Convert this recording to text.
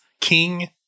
King